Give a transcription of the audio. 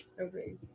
okay